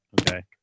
Okay